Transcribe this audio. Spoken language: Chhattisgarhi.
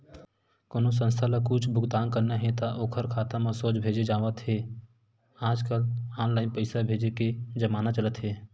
कोनो संस्था ल कुछ भुगतान करना हे त ओखर खाता म सोझ भेजे जावत हे आजकल ऑनलाईन पइसा भेजे के जमाना चलत हे